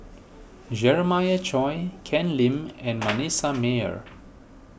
Jeremiah Choy Ken Lim and Manasseh Meyer